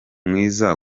mwiza